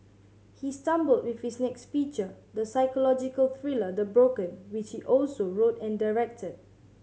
he stumbled with his next feature the psychological thriller The Broken which he also wrote and directed